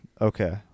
Okay